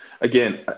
again